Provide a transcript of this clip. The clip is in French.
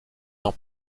n’en